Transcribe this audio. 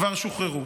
כבר שוחררו".